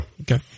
Okay